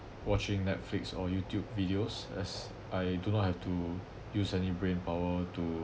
watching netflix or youtube videos as I do not have to use any brain power to